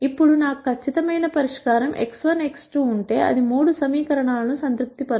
ఇప్పుడు నాకు ఖచ్చితమైన పరిష్కారం x1 x2 ఉంటే అది మూడు సమీకరణాలను సంతృప్తిపరుస్తుంది